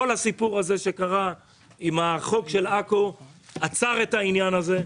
כל הסיפור שקרה עם החוק של עכו עצר את העניין הזה,